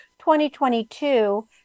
2022